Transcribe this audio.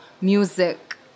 music